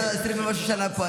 אתה 20 ומשהו שנה פה,